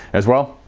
as well,